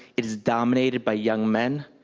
it's dominated by young men.